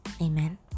Amen